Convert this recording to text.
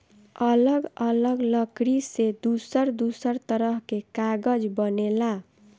अलग अलग लकड़ी से दूसर दूसर तरह के कागज बनेला